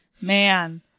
man